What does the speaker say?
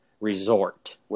resort